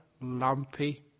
lumpy